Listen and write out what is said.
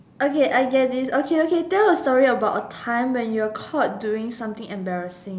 okay I get this okay okay tell a story about a time when you were caught doing something embarassing